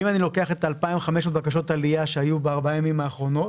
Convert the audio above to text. אם אני לוקח את 2,500 בקשות העלייה שהיו בארבעה ימים האחרונים,